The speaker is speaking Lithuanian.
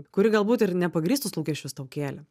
kuri galbūt ir nepagrįstus lūkesčius tau kėlė